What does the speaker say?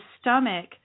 stomach